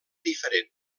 diferent